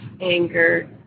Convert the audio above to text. anger